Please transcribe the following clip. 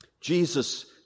Jesus